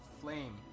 flame